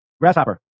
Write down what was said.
Grasshopper